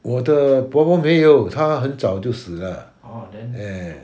我的伯伯没有他很早就死了 eh